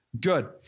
good